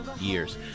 years